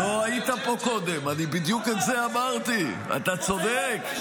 לא היית פה קודם, בדיוק את זה אמרתי, אתה צודק.